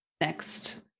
next